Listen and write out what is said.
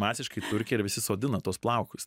masiškai į turkiją ir visi sodina tuos plaukus